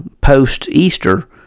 post-Easter